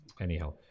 Anyhow